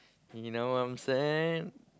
you now what I'm saying